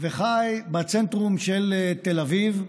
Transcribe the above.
וחי בצנטרום של תל אביב,